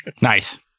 Nice